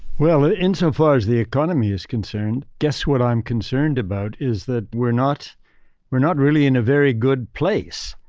well, insofar as the economy is concerned, i guess what i'm concerned about is that we're not we're not really in a very good place.